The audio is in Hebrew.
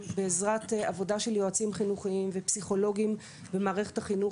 מקבלים אותם ובשיח איתם.